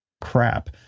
crap